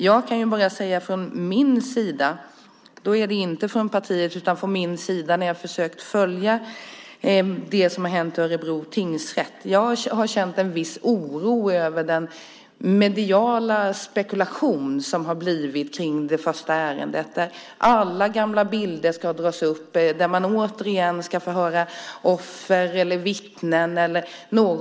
När jag har försökt följa det som har hänt i Örebro tingsrätt har jag personligen, alltså inte partiet, känt en viss oro över den mediala spekulation som har varit i fråga om det första ärendet. Alla gamla bilder ska tas upp, och man ska återigen få höra offer, vittnen eller andra.